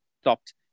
stopped